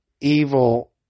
evil